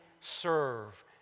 serve